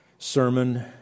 sermon